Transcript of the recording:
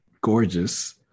gorgeous